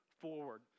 forward